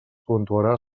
puntuarà